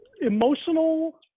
emotional